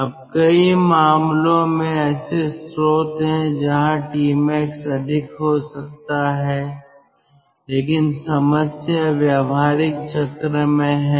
अब कई मामलों में ऐसे स्रोत हैं जहां Tmax अधिक हो सकता है लेकिन समस्या व्यावहारिक चक्र में है